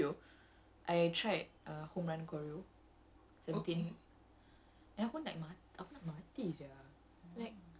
ya then okay it's quite kekek like last two days kan I went for the same studio I tried uh homerun choreo